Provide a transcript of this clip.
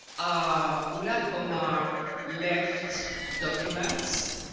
ah like omar left documents.